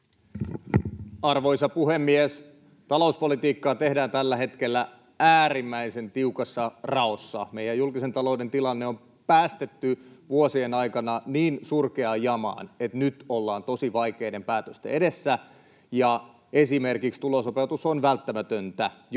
Arvoisa puhemies! Talouspolitiikkaa tehdään tällä hetkellä äärimmäisen tiukassa raossa. Meidän julkisen talouden tilanne on päästetty vuosien aikana niin surkeaan jamaan, että nyt ollaan tosi vaikeiden päätösten edessä ja esimerkiksi tulosopeutus on välttämätöntä,